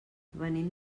venim